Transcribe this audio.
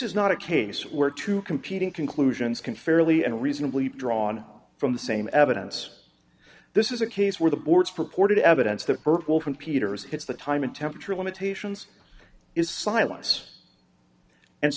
is not a case where two competing conclusions can fairly and reasonably drawn from the same evidence this is a case where the board's purported evidence the earth will from peters has the time and temperature limitations is silence and